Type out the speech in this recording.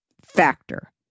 Factor